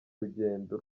rugendo